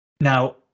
Now